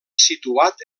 situat